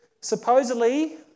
supposedly